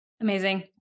amazing